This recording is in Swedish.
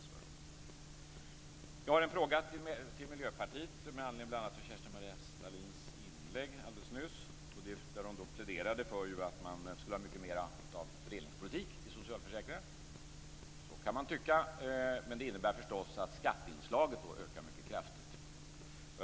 Jag har en fråga till Miljöpartiet bl.a. med anledning av Kerstin-Maria Stalins inlägg nyss. Hon pläderade där för att man skulle ha mycket mer av fördelningspolitik i socialförsäkringarna. Så kan man tycka, men det innebär förstås att skatteinslaget ökar mycket kraftigt.